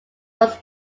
was